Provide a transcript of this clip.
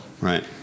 Right